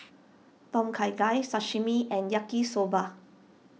Tom Kha Gai Sashimi and Yaki Soba